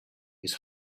his